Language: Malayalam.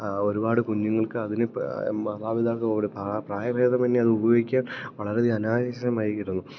ഒരുപാട് കുഞ്ഞുങ്ങൾക്ക് അതിന് മാതാപിതാക്കളോടു പ്രായഭേദം തന്നെ അത് ഉപയോഗിക്കാൻ വളരെയധികം അനായാസമായിരുന്നു